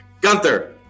Gunther